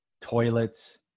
toilets